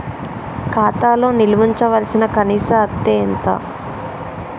ఖాతా లో నిల్వుంచవలసిన కనీస అత్తే ఎంత?